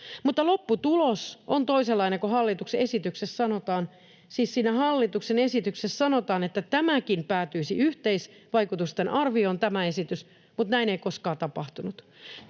sanotaan. Siis siinä hallituksen esityksessä sanotaan, että tämäkin esitys päätyisi yhteisvaikutusten arvioon, mutta näin ei koskaan tapahtunut.